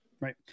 Right